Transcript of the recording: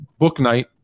Booknight